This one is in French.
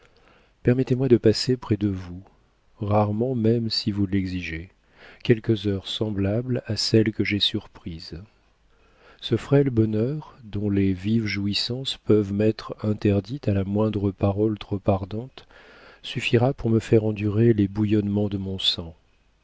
permettez-moi de passer près de vous rarement même si vous l'exigez quelques heures semblables à celles que j'ai surprises ce frêle bonheur dont les vives jouissances peuvent m'être interdites à la moindre parole trop ardente suffira pour me faire endurer les bouillonnements de mon sang